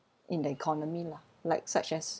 in the economy lah like such as